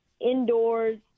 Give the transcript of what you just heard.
Indoors